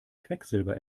quecksilber